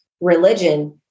religion